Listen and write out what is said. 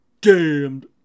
damned